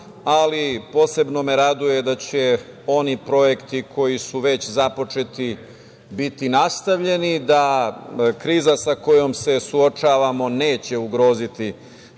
ali posebno me raduje da će oni projekti koji su već započeti biti nastavljeni, da kriza sa kojom se suočavamo neće ugroziti